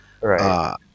right